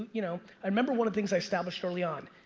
you know i remember one of the things i established early on.